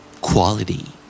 Quality